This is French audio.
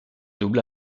double